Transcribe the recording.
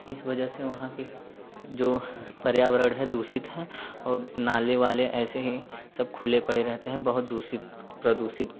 इस वजह से वहाँ कि जो पर्यावरण है दूषित है और नाले वाले ऐसे ही सब खुले पड़े रहते हैं बहुत दूषित प्रदूषित